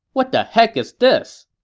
what the heck is this!